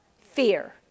Fear